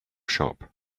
shop